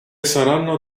saranno